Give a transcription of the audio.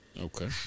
Okay